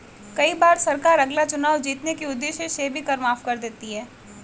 कई बार सरकार अगला चुनाव जीतने के उद्देश्य से भी कर माफ कर देती है